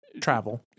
Travel